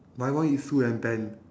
my one is sue and ben